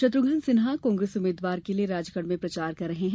शत्रुघन सिन्हा कांग्रेस उम्मीदवार के लिए राजगढ़ में प्रचार कर रहे हैं